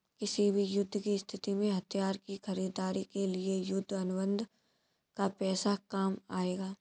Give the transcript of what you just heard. किसी भी युद्ध की स्थिति में हथियार की खरीदारी के लिए युद्ध अनुबंध का पैसा काम आएगा